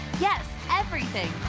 yes everything.